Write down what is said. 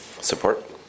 Support